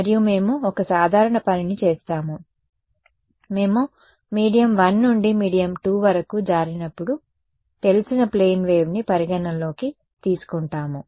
మరియు మేము ఒక సాధారణ పనిని చేస్తాము మేము మీడియం 1 నుండి మీడియం 2 వరకు జారినప్పుడు తెలిసిన ప్లేన్ వేవ్ని పరిగణలోకి తీసుకుంటాము